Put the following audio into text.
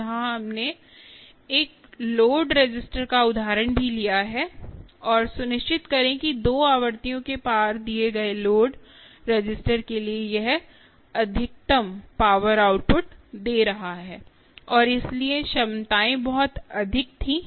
जहाँ हमने एक लोड रेसिस्टर का उदाहरण भी लिया है और सुनिश्चित करें कि 2 आवृत्तियों के पार दिए गए लोड रेसिस्टर के लिए यह अधिकतम पावर आउटपुट दे रहा है और इसलिए क्षमताएँ बहुत अधिक थीं